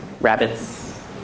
Rabbits